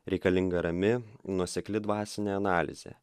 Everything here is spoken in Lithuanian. reikalinga rami nuosekli dvasinė analizė